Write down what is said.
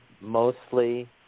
mostly